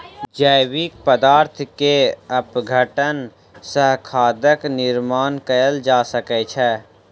जैविक पदार्थ के अपघटन सॅ खादक निर्माण कयल जा सकै छै